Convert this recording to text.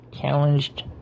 challenged